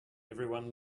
everyone